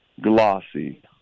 Glossy